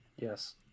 yes